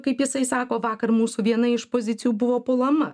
kaip jisai sako vakar mūsų viena iš pozicijų buvo puolama